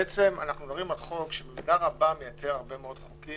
אנחנו מדברים על חוק שבמידה רבה מייתר הרבה מאוד חוקים